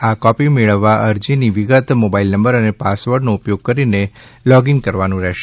આ કોપી મેળવવા અરજીની વિગત મોબાઈલ નંબર અને પાસવર્ડનો ઉપયોગ કરીને લોગીંન કરવાનું રહેશે